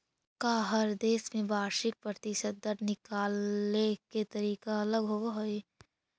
का हर देश में वार्षिक प्रतिशत दर निकाले के तरीका अलग होवऽ हइ?